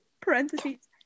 parentheses